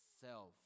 self